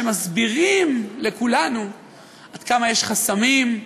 שמסבירים לכולנו עד כמה יש חסמים,